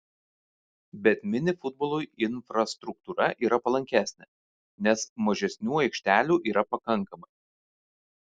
bet mini futbolui infrastruktūra yra palankesnė nes mažesniu aikštelių yra pakankamai